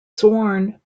sworn